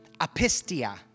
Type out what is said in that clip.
apistia